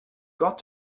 got